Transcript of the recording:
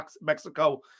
Mexico